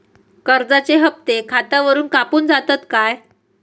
कर्जाचे हप्ते खातावरून कापून जातत काय?